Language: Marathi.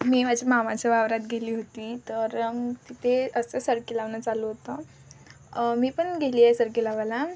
मी माझ्या मामाच्या वावरात गेली होती तर तिथे असं सरकी लावणं चालू होतं मी पण गेली आहे सरकी लावायला